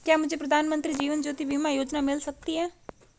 क्या मुझे प्रधानमंत्री जीवन ज्योति बीमा योजना मिल सकती है?